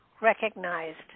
recognized